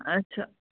اَچھا